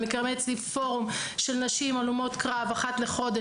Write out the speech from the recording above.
אני מקיימת אצלי פורום של נשים הלומות קרב אחת לחודש.